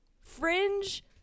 fringe